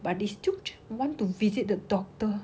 but they still want to visit the doctor